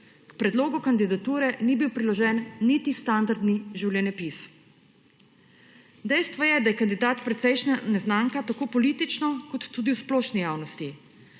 Predlogu kandidature ni bil priložen niti standardni življenjepis. Dejstvo je, da je kandidat precejšnja neznanka tako politično kot tudi v splošni javnosti.